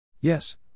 Yes